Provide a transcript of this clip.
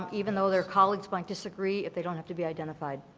even though their colleagues might disagree if they don't have to be identified.